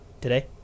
Today